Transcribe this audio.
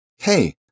Hey